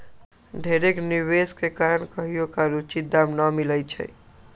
ढेरेक निवेश के कारण कहियोकाल उचित दाम न मिलइ छै